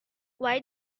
why